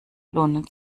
lohnen